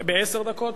בעשר דקות?